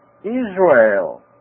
Israel